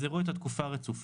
אז יראו את התקופה הרצופה.